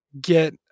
get